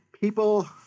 people